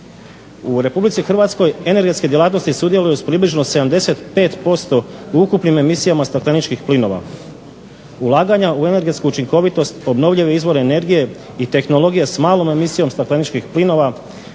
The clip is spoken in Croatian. U Republici Hrvatskoj energetske djelatnosti sudjeluju s približno 75% u ukupnim emisijama stakleničkih plinova. Ulaganja u energetsku učinkovitost, obnovljive izvore energije i tehnologije s malom emisijom stakleničkih plinova